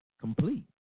complete